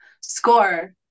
Score